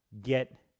get